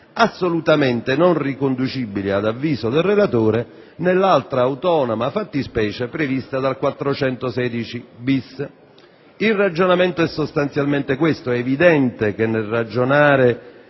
assolutamente non riconducibile, ad avviso del relatore, nell'altra autonoma fattispecie prevista dall'articolo 416-*bis*. Il ragionamento è sostanzialmente il seguente: è evidente che nel ragionare